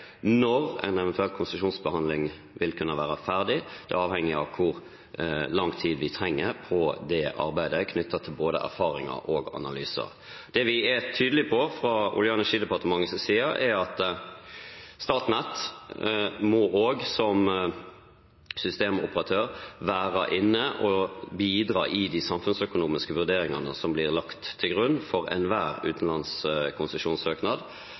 når en eventuell konsesjonsbehandling vil kunne være ferdig. Det er avhengig av hvor lang tid vi trenger til arbeidet knyttet til både erfaringer og analyser. Det vi er tydelige på fra Olje- og energidepartementets side, er at Statnett som systemoperatør må være inne og bidra i de samfunnsøkonomiske vurderingene som blir lagt til grunn for enhver utenlandskonsesjonssøknad,